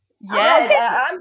Yes